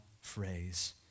phrase